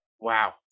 wow